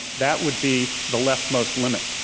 that would be the leftmost limit.